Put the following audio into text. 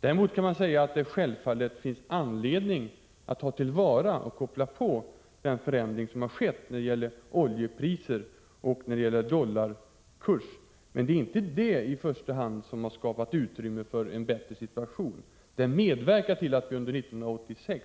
Däremot kan man säga att det självfallet finns anledning att ta till vara den förändring som har skett i oljepriser och dollarkurs, men det är inte i första hand det som har skapat utrymme för en bättre situation. Dessa förändringar har dock medverkat till att vi under 1986